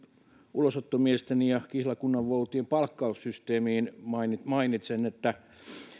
ulosottomiesten ja kihlakunnanvoutien palkkaussysteemiin mainitsen mainitsen että